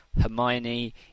Hermione